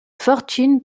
fortune